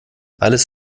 alles